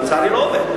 אבל לצערי זה לא עובד.